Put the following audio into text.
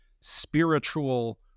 spiritual